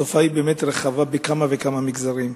היא תופעה באמת רחבה בכמה וכמה מגזרים.